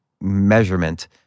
measurement